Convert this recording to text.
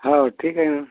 हाव ठीकेना